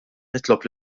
nitlob